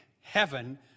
heaven